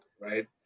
right